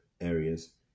areas